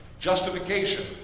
Justification